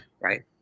Right